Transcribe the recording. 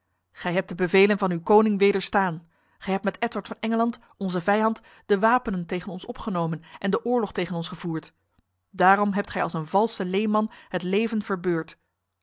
gij hebt de bevelen van uw koning wederstaan gij hebt met edward van engeland onze vijand de wapenen tegen ons opgenomen en de oorlog tegen ons gevoerd daarom hebt gij als een valse leenman het leven verbeurd